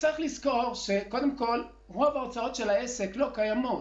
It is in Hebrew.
צריך לזכור שרוב ההוצאות של העסק לא קיימות,